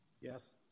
yes